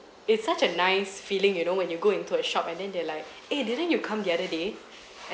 it's such a nice feeling you know when you go into a shop and then they're like eh didn't you come the other day